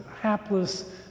hapless